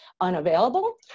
unavailable